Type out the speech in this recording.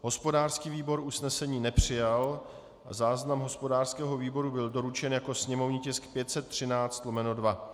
Hospodářský výbor usnesení nepřijal a záznam hospodářského výboru byl doručen jako sněmovní tisk 513/2.